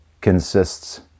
consists